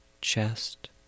chest